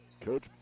Coach